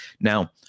Now